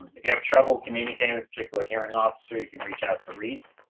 if you have trouble communicating with a particular hearing officer, you can reach out to reese.